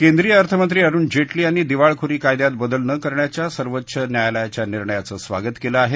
केंद्रीय अर्थमंत्री अरुण जेटली यांनी दिवाळखोरी कायद्यात बदल न करण्याच्या सर्वोच्च न्यायालयाच्या निर्णयाचं स्वागत केलं आहे